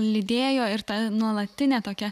lydėjo ir ta nuolatinė tokia